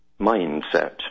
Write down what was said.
mindset